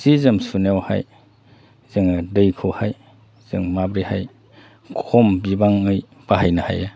सि जोम सुनायावहाय जोङो दैखौहाय जों माब्रैहाय खम बिबाङै बाहायनो हायो